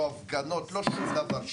לא בגלל הפגנות ולא בגלל שום דבר אחר,